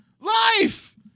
Life